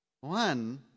One